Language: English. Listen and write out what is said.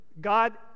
God